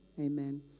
Amen